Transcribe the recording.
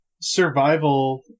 Survival